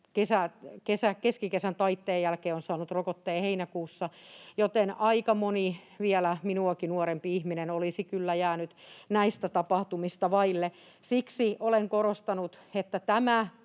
keskikesän taitteen jälkeen on saanut rokotteen, heinäkuussa, joten aika moni vielä minuakin nuorempi ihminen olisi kyllä jäänyt näistä tapahtumista vaille. Siksi olen korostanut, että tämä